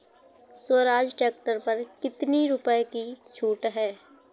Swaraj tractor पर कितनी रुपये की छूट है?